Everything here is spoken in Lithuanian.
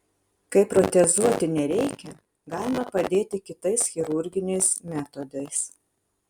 kai protezuoti nereikia galima padėti kitais chirurginiais metodais